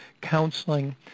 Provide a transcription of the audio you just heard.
counseling